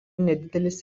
nedidelis